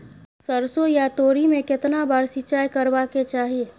सरसो या तोरी में केतना बार सिंचाई करबा के चाही?